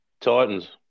Titans